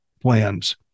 plans